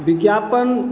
विज्ञापन